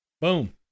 Boom